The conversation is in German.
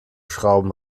schrauben